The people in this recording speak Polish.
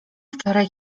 wczoraj